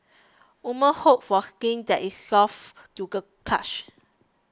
women hope for skin that is soft to the touch